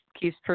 keeps